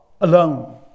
alone